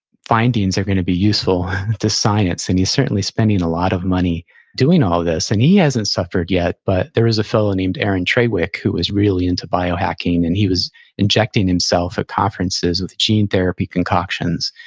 findings are going to be useful to science, and he's certainly spending a lot of money doing all this. and he hasn't suffered yet, but there is a fellow named aaron treywick who was really into biohacking, and he was injecting himself at conferences with gene therapy concoctions,